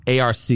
ARC